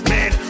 Man